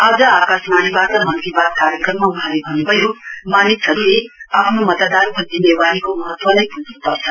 आज आकाशवाणीबाट मन की बात कार्यक्रममा वहाँले भन्नुभयो मानिसहरुले आफ्नो मतदाताको जिम्मेवारीको महत्वलाई वुझ्नुपर्छ